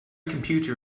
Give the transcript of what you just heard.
computer